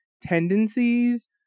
tendencies